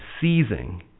seizing